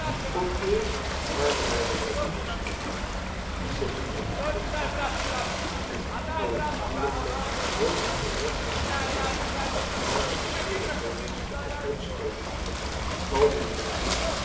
vooreerst waren daar de rijkeluiskinderen die zich in de banketbakkers en galanteriewinkels rondom de rijk voorziene tafels en langs de sierlijk gerangschikte uitstallingen verdrongen al mijn dagen